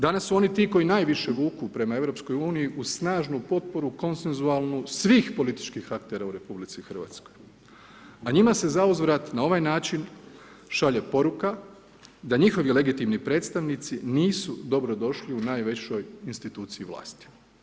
Danas su oni ti koji najviše vuku prema EU-u uz snažnu potporu konsenzualnu svih političkih aktera u RH a njima se zauzvrat na ovaj način šalje poruka da njihovi legitimni predstavnici nisu dobrodošli u najvećoj instituciji u vlasti.